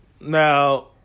Now